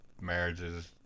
marriages